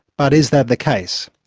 but is that the case?